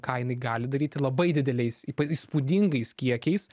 ką jinai gali daryti labai dideliais ypa įspūdingais kiekiais